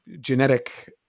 genetic